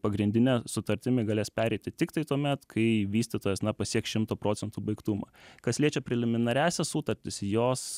pagrindine sutartimi galės pereiti tiktai tuomet kai vystytojas na pasieks šimto procentų baigtumą kas liečia preliminariąsias sutartis jos